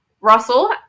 russell